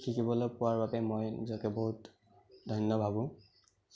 শিকিবলে পোৱাৰ বাবে মই নিজকে বহুত ধন্য় ভাবোঁ